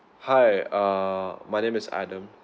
hi err my name is adam